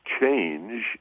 change